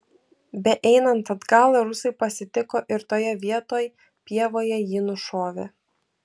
beeinant atgal rusai pasitiko ir toje vietoj pievoje jį nušovė